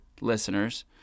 listeners